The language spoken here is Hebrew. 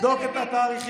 בדוק את התאריכים.